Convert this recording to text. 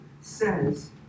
says